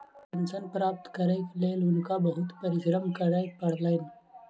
pension प्राप्त करैक लेल हुनका बहुत परिश्रम करय पड़लैन